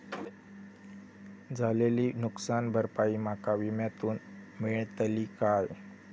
झालेली नुकसान भरपाई माका विम्यातून मेळतली काय?